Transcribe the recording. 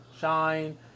shine